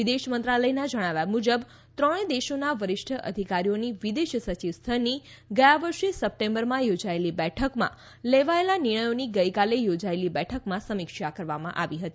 વિદેશ મંત્રાલયના જણાવ્યા મુજબ ત્રણે દેશોના વરિષ્ઠ અધિકારીઓની વિદેશ સચિવ સ્તરની ગયા વર્ષે સપ્ટેમ્બરમાં યોજાયેલી બેઠકમાં લેવાયેલા નિર્ણયોની ગઈકાલે યોજાયેલી બેઠકમાં સમીક્ષા કરવામાં આવી હતી